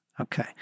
Okay